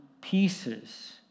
pieces